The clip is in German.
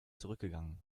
zurückgegangen